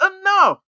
enough